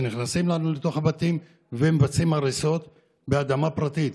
שנכנסים לנו לתוך הבתים ומבצעים הריסות באדמה פרטית?